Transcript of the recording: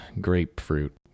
grapefruit